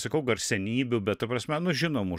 sakau garsenybių bet ta prasme nu žinomų